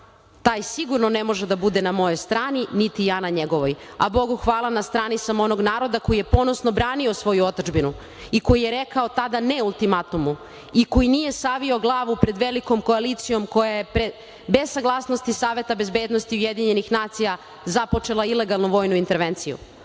taj sigurno ne može da bude na mojoj strani, niti ja na njegovoj, a Bogu hvala, na strani sam onog naroda koji je ponosno branio svoju otadžbinu i koji je rekao tada ne ultimatumu, i koji nije savio glavu pred velikom koalicijom koja je bez saglasnosti Saveta bezbednosti UN započela ilegalnu vojnu intervenciju. Verovatno